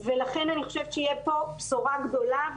ולכן אני חושבת שתהיה פה בשורה גדולה,